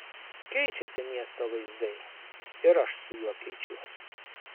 keičiasi miesto vaizdai ir aš su juo keičiuosi